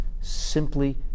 simply